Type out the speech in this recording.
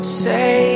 say